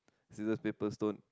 scissors paper stone